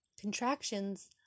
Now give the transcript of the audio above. contractions